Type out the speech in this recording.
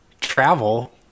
travel